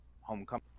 Homecoming